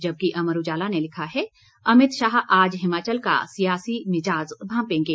जबकि अमर उजाला ने लिखा है अमित शाह आज हिमाचल का सियासी मिजाज भापेंगें